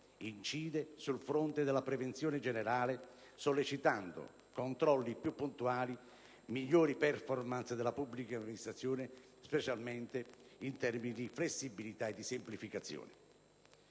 infatti sul fronte della prevenzione in generale, sollecitando controlli più puntuali e migliori *performance* della pubblica amministrazione, specialmente in termini di flessibilità e di semplificazione.